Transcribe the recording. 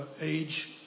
age